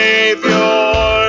Savior